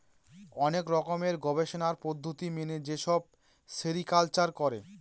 অনেক রকমের গবেষণার পদ্ধতি মেনে যেসব সেরিকালচার করে